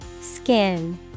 Skin